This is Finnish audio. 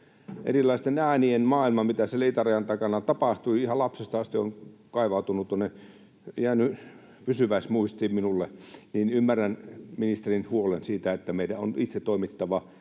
erilaisten äänien maailma, mitä siellä itärajan takana tapahtui, on ihan lapsesta asti jäänyt pysyväismuistiin minulle. Ymmärrän ministerin huolet siitä, että meidän on itse toimittava